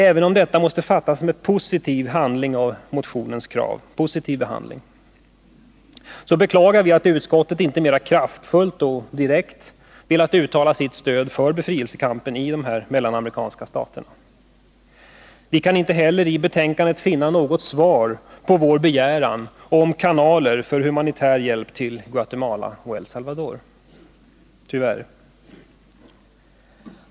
Även om detta måste fattas som en positiv behandling av motionens krav beklagar vi att utskottet inte mera kraftfullt och direkt velat uttala sitt stöd för befrielsekampen i dessa mellanamerikanska stater. Vi kan inte heller i betänkandet finna något svar på vår begäran om kanaler för humanitär hjälp till Guatemala och El Salvador — tyvärr.